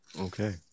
okay